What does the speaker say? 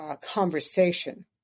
conversation